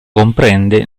comprende